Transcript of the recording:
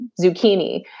zucchini